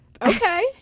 Okay